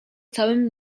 całym